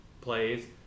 plays